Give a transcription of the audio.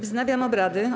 Wznawiam obrady.